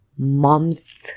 mom's